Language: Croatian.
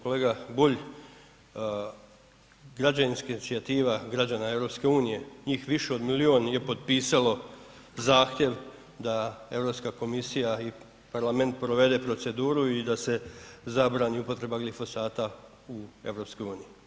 Kolega Bulj, građanska inicijativa građana EU njih više od milion je potpisalo zahtjev da Europska komisija i parlament provede proceduru i da se zabrani upotreba glifosata u EU.